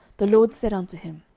the lord said unto him,